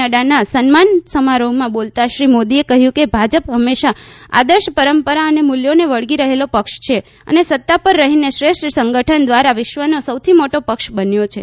નફાના સન્માન સમારોહમાં બોલતાં શ્રી મોદીએ કહ્યું કે ભાજપ હંમેશા આદર્શ પરંપરા અને મૂલ્યોને વળગી રહેલો પક્ષ છે અને સત્તા પર રહીને શ્રેષ્ઠ સંગઠન દ્વારા વિશ્વનો સૌથી મોટો પક્ષ બન્યો છે